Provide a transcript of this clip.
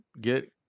get